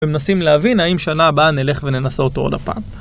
ומנסים להבין האם שנה הבאה נלך וננסה אותו עוד הפעם.